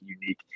unique